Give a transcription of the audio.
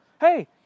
hey